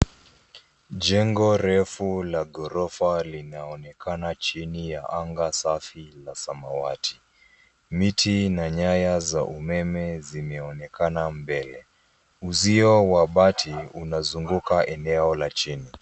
Jengo refu la ghorofa linaonekana chini ya anga safi la samawati. Miti na nyaya za umeme zimeonekana mbele. Uzio wa bati unazunguka eneo la chini.